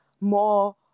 more